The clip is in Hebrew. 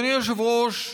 אדוני היושב-ראש,